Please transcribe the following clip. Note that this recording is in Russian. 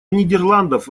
нидерландов